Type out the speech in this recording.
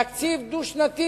תקציב דו-שנתי